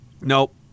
nope